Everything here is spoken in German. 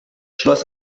schloss